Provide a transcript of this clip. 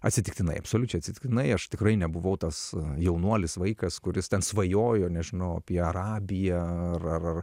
atsitiktinai absoliučiai atsitiktinai aš tikrai nebuvau tas jaunuolis vaikas kuris ten svajojo nežinau apie arabiją ar